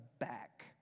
back